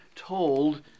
told